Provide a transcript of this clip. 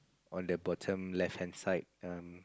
on the bottom left hand side um